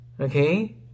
okay